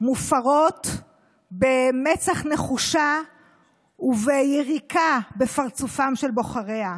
מופרות במצח נחושה וביריקה בפרצופם של בוחריה.